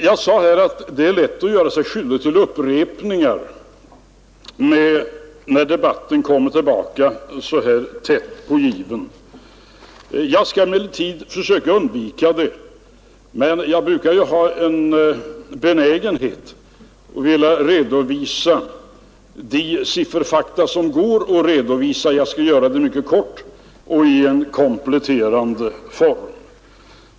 Jag sade att det är lätt att göra sig skyldig till upprepningar när debatten kommer tillbaka så här tätt på given. Jag skall försöka undvika det, men jag brukar ju ha en benägenhet att redovisa de sifferfakta som går att redovisa. Jag skall göra det mycket kort och i en kompletterande form.